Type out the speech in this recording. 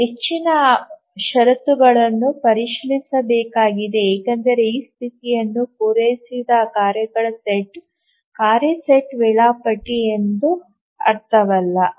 ನಾವು ಹೆಚ್ಚಿನ ಷರತ್ತುಗಳನ್ನು ಪರಿಶೀಲಿಸಬೇಕಾಗಿದೆ ಏಕೆಂದರೆ ಈ ಸ್ಥಿತಿಯನ್ನು ಪೂರೈಸಿದ ಕಾರ್ಯಗಳ ಸೆಟ್ ಕಾರ್ಯ ಸೆಟ್ ವೇಳಾಪಟ್ಟಿ ಎಂದು ಅರ್ಥವಲ್ಲ